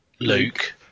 luke